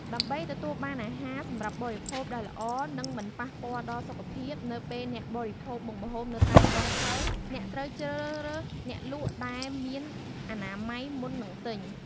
ដើម្បីទទួលបានអាហារសម្រាប់បរិភោគដែលល្អ និងមិនប៉ះពាល់ដល់សុខភាពនៅពេលអ្នកបរិភោគមុខម្ហូបនៅតាមដងផ្លូវ អ្នកត្រូវតែជ្រើសរើសអ្នកលក់ដែលមានអនាម័យ មុននឹងទិញ។